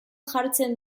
jartzen